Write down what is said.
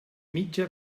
mitja